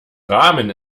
rahmen